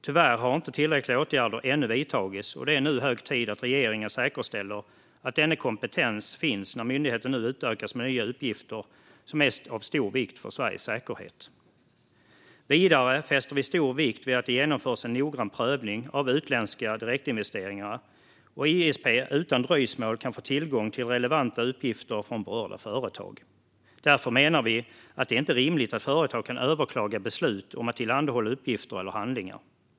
Tyvärr har tillräckliga åtgärder ännu inte vidtagits, och det är nu hög tid att regeringen säkerställer att denna kompetens finns när myndigheten nu får nya och utökade uppgifter som är av stor vikt för Sveriges säkerhet. Vidare fäster vi stor vikt vid att det genomförs en noggrann prövning av utländska direktinvesteringar och att ISP utan dröjsmål kan få tillgång till relevanta uppgifter från berörda företag. Därför menar vi att det inte är rimligt att företag kan överklaga beslut om att tillhandahålla uppgifter eller handlingar.